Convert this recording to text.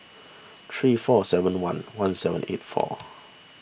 three four seven one one seven eight four